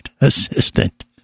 assistant